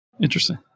Interesting